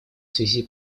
связи